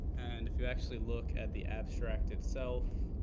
and if you actually look at the abstract itself,